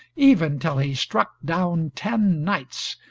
even till he struck down ten knights,